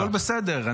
הכול בסדר.